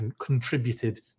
contributed